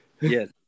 Yes